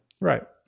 Right